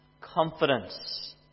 confidence